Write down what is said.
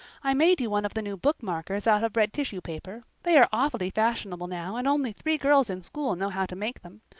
i made you one of the new bookmarkers out of red tissue paper. they are awfully fashionable now and only three girls in school know how to make them.